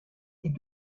des